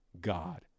God